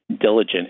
diligent